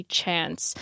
chance